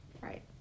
Right